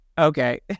Okay